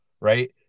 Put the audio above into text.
right